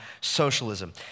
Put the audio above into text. socialism